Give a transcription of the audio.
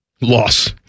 loss